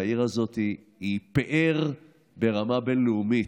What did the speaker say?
והעיר הזאת היא פאר ברמה בין-לאומית.